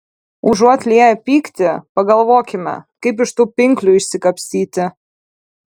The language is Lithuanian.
užuot lieję pyktį pagalvokime kaip iš tų pinklių išsikapstyti